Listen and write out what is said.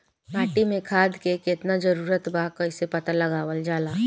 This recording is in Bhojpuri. माटी मे खाद के कितना जरूरत बा कइसे पता लगावल जाला?